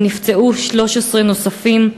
ונפצעו 13 נוספים,